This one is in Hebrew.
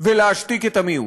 ולהשתיק את המיעוט.